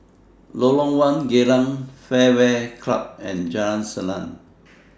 Lorong one Geylang Fairway Club and Jalan Salang